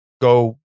go